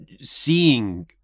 seeing